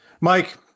Mike